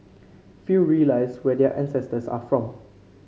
few realise where their ancestors are from